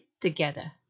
together